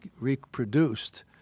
reproduced